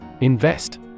Invest